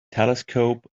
telescope